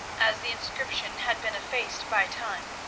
as the inscription had been effaced by time,